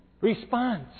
response